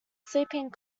sleeping